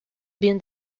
been